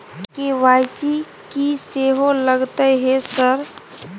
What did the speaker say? KYC की सेहो लगतै है सर?